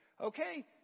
Okay